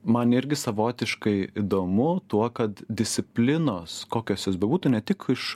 man irgi savotiškai įdomu tuo kad disciplinos kokios jos bebūtų ne tik iš